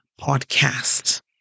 podcast